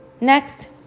Next